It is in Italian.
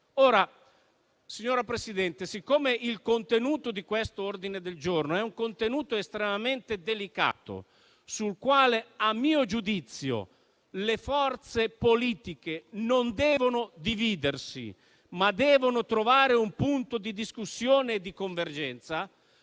Signora Presidente, siccome il contenuto di questo ordine del giorno è estremamente delicato, sul quale - a mio giudizio - le forze politiche non devono dividersi, ma devono trovare un punto di discussione e di convergenza,